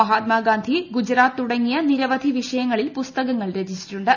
മഹാത്മാ ഗാന്ധി ഗുജറാത്ത് തുടങ്ങിയ നിരവധി വിഷയങ്ങളിൽ പുസ്തകങ്ങൾ രചിച്ചിട്ടുണ്ട്